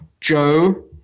Joe